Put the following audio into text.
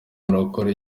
urakora